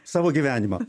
savo gyvenimą